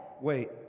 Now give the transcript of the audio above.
Wait